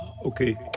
Okay